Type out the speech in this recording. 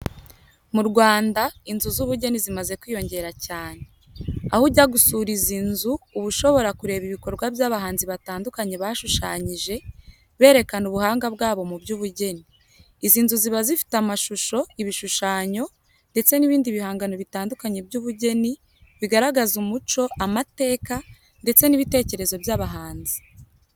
Mu Rwanda, inzu z’ubugeni zimaze kwiyongera cyane. Aho ujya gusura izi nzu, uba ushobora kureba ibikorwa by’abahanzi batandukanye bashushanyije, bakerekana ubuhanga bwabo mu by’ubugeni. Izi nzu ziba zifite amashusho, ibishushanyo, ndetse n’ibindi bihangano bitandukanye by’ubugeni, bigaragaza umuco, amateka, ndetse n’ibitekerezo by’abahanzi.